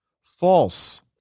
False